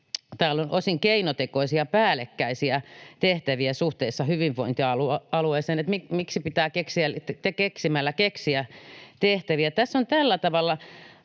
täällä on osin keinotekoisia päällekkäisiä tehtäviä suhteessa hyvinvointialueeseen ja miksi pitää keksimällä keksiä tehtäviä.